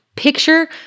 Picture